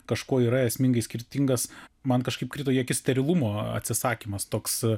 kažkuo yra esmingai skirtingas man kažkaip krito į akis sterilumo atsisakymas toks